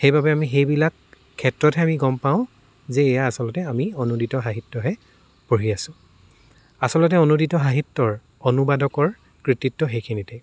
সেইবাবে আমি সেইবিলাক ক্ষেত্ৰতহে আমি গম পাওঁ যে এয়া আচলতে আমি অনুদিত সাহিত্যহে পঢ়ি আছো আচলতে অনুদিত সাহিত্যৰ অনুবাদকৰ কৃতিত্ব সেইখিনিতেই